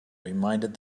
reminded